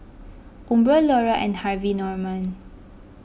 Umbro Iora and Harvey Norman